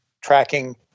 tracking